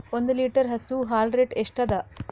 ಒಂದ್ ಲೀಟರ್ ಹಸು ಹಾಲ್ ರೇಟ್ ಎಷ್ಟ ಅದ?